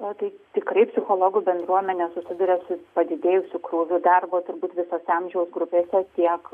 o tai tikrai psichologų bendruomenė susiduria su padidėjusiu krūviu darbo turbūt visose amžiaus grupėse tiek